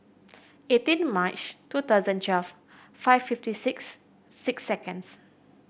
eighteen March two thousand twelve five fifty six six seconds